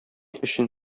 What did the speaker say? өчен